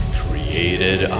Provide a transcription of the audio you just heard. created